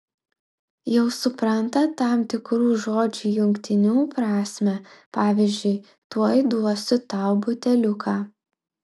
jau supranta tam tikrų žodžių jungtinių prasmę pavyzdžiui tuoj duosiu tau buteliuką